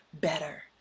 better